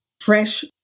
fresh